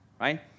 Right